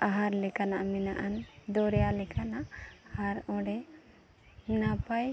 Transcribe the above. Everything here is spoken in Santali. ᱟᱦᱟᱨ ᱞᱮᱠᱟᱱᱟᱜ ᱢᱮᱱᱟᱜ ᱟᱱ ᱫᱚᱨᱭᱟ ᱞᱮᱠᱟᱱᱟᱜ ᱟᱨ ᱚᱸᱰᱮ ᱱᱟᱯᱟᱭ